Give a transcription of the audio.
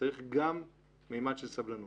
צריך גם ממד של סבלנות.